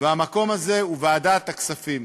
והמקום לזה הוא ועדת הכספים.